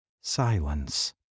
Silence